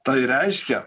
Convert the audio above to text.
tai reiškia